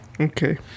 okay